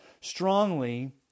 strongly